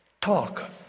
talk